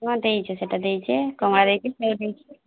ହଁ ଦେଇଛେ ସେଇଟା ଦେଇଛେ କମଳା ଦେଇଛି ସେଓ ଦେଇଛି